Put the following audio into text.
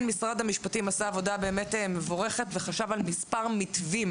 משרד המשפטים עשה עבודה מבורכת וחשב על כמה מתווים